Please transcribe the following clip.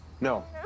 No